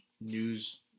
news